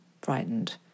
frightened